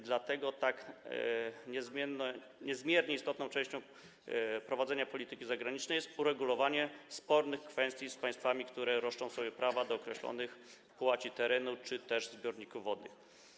Dlatego tak niezmiernie istotną częścią prowadzenia polityki zagranicznej jest uregulowanie spornych kwestii z państwami, które roszczą sobie prawa do określonych połaci terenu czy też zbiorników wodnych.